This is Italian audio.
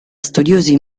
studiosi